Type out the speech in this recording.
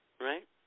Right